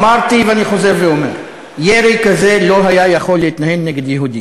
אמרתי ואני חוזר ואומר: ירי כזה לא היה יכול להתנהל נגד יהודי